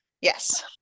yes